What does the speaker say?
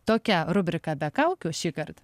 tokia rubrika be kaukių šįkart